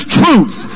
truth